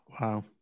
Wow